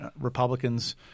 Republicans –